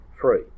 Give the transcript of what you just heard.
free